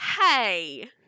hey